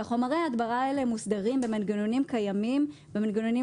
חומרי ההדברה האלה מוסדרים במנגנונים קיימים מנגנונים